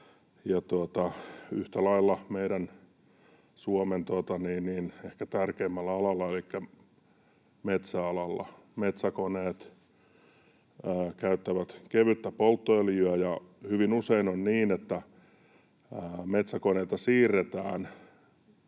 yhtä lailla meidän Suomen ehkä tärkeimmällä alalla elikkä metsäalalla metsäkoneet käyttävät kevyttä polttoöljyä. Hyvin usein on niin, että metsäkoneita siirretään